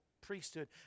priesthood